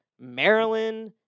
Maryland